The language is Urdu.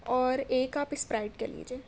اور ایک آپ اسپرائٹ کر لیجیے